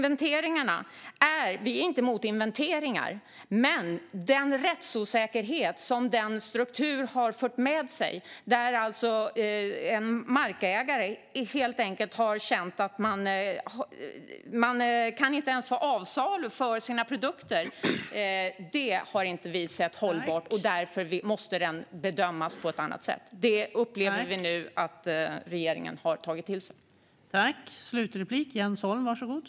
Vi är inte emot inventeringar, men strukturen på nyckelbiotopsinventeringarna har fört med sig en rättsosäkerhet där markägare känner att de inte kan sälja sina produkter. Det ser inte vi som hållbart, och därför måste det bedömas på annat sätt. Vi upplever att regeringen har tagit till sig det.